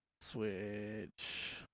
switch